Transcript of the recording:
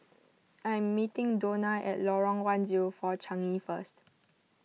I am meeting Donna at Lorong one zero four Changi first